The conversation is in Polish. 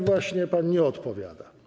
Właśnie pan nie odpowiada.